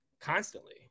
constantly